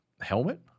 helmet